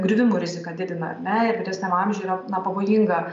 griuvimų riziką didina ar ne ir vyresniam amžiuj yra na pavojinga